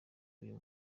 uyu